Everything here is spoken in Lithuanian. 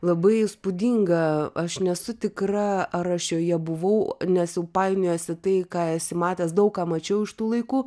labai įspūdinga aš nesu tikra ar aš joje buvau nes jau painiojasi tai ką esi matęs daug ką mačiau iš tų laikų